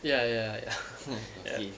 ya ya ya ya